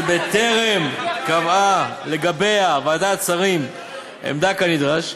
בטרם קבעה לגביה ועדת שרים עמדה כנדרש,